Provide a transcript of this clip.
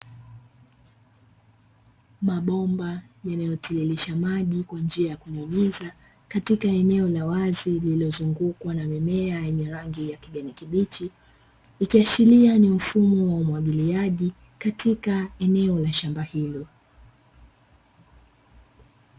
Mabomba yanayotiririsha maji kwa njia ya kunyunyiza katika eneo la wazi lililozungukwa na mimea yenye rangi ya kijani kibichi, ikiashiria ni mfumo wa umwagiliaji katika eneo la shamba hilo.